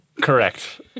Correct